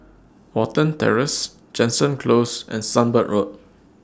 Watten Terrace Jansen Close and Sunbird Road